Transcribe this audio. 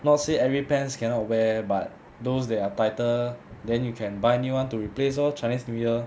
not say every pants cannot wear but those that are tighter then you can buy new [one] to replace lor chinese new year